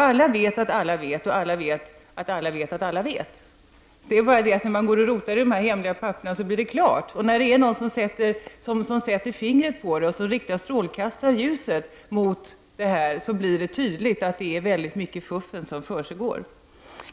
Alla vet att alla vet, och alla vet att alla vet att alla vet, men när man rotar i de hemliga papperna blir det klart, och när någon sätter fingret på det och riktar strålkastarljuset mot det blir det tydligt att det är mycket fuffens som försiggår.